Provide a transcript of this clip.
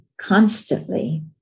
constantly